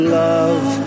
love